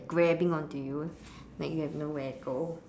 grabbing onto you like you have nowhere to go